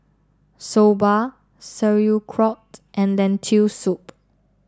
Soba Sauerkraut and Lentil soup